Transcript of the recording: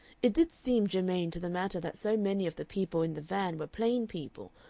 it did seem germane to the matter that so many of the people in the van were plain people,